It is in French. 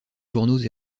journaux